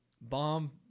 bomb